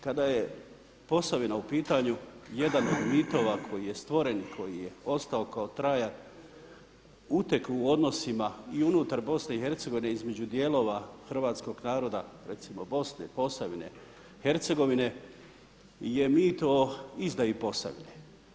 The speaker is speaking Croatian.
Kada je Posavina u pitanju jedan od mitova koji je stvoren, koji je ostao kao trajan uteg u odnosima i unutar BiH između dijelova Hrvatskog naroda recimo Bosne, Posavine, Hercegovine je mit o izdaji Posavine.